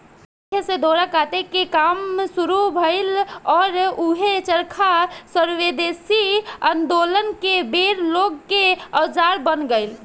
चरखे से डोरा काटे के काम शुरू भईल आउर ऊहे चरखा स्वेदेशी आन्दोलन के बेर लोग के औजार बन गईल